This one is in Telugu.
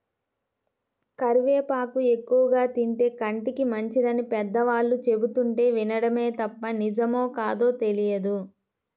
కరివేపాకు ఎక్కువగా తింటే కంటికి మంచిదని పెద్దవాళ్ళు చెబుతుంటే వినడమే తప్ప నిజమో కాదో తెలియదు